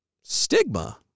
stigma